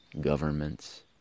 governments